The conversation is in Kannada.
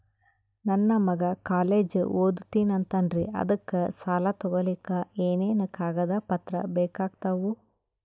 ನನ್ನ ಮಗ ಕಾಲೇಜ್ ಓದತಿನಿಂತಾನ್ರಿ ಅದಕ ಸಾಲಾ ತೊಗೊಲಿಕ ಎನೆನ ಕಾಗದ ಪತ್ರ ಬೇಕಾಗ್ತಾವು?